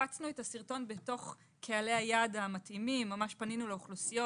הפצנו הסרטון בקהילות היעד, ממש פנינו לאוכלוסיות.